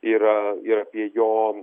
yra ir apie jo